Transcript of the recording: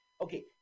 Okay